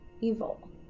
evil